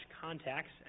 contacts